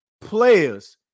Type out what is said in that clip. players